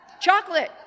Chocolate